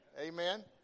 Amen